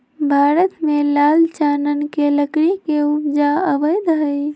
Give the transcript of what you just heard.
भारत में लाल चानन के लकड़ी के उपजा अवैध हइ